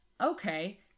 okay